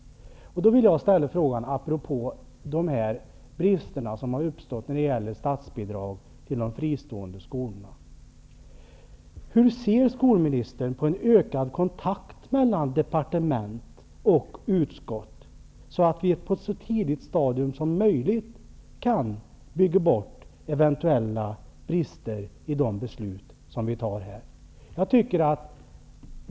Då vill jag ställa frågan, apropå de brister som har uppstått när det gäller statsbidrag till de fristående skolorna: Hur ser skolministern på en ökad kontakt mellan departement och utskott, så att vi på ett så tidigt stadium som möjligt kan bygga bort eventuella brister i de beslut som vi här fattar?